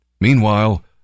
Meanwhile